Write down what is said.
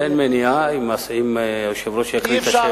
אין מניעה, אם היושב-ראש יקריא את השאלה.